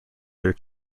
their